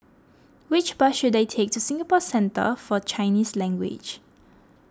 which bus should I take to Singapore Centre for Chinese Language